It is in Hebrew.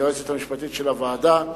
היועצת המשפטית של הוועדה,